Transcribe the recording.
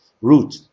root